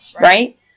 right